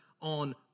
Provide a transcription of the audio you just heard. on